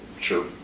sure